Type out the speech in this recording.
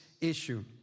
issue